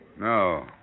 No